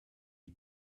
you